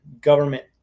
government